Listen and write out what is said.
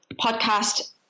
podcast